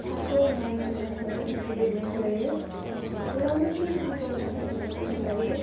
थास' रुनानैबो जों होनानै फेदेरनाय जयो गोबां रोखोमनि आदब बाहायनो गोनां जायो